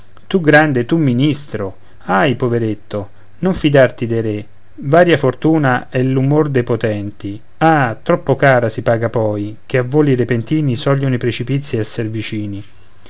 tu grande tu ministro ahi poveretto non fidarti dei re varia fortuna è l'umor dei potenti ah troppo cara si paga poi ché a voli repentini sogliono i precipizi esser vicini